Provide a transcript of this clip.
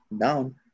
down